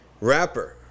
rapper